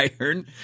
iron